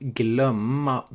glömma